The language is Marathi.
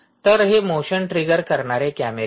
तर हे मोशन ट्रिगर करणारे कॅमेरे आहेत